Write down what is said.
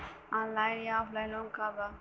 Online या offline loan का बा?